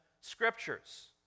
scriptures